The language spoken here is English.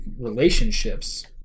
relationships